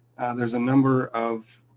there's a number of